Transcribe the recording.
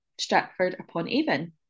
Stratford-upon-Avon